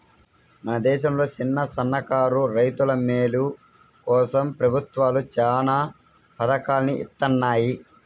మన దేశంలో చిన్నసన్నకారు రైతుల మేలు కోసం ప్రభుత్వాలు చానా పథకాల్ని ఇత్తన్నాయి